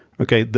okay?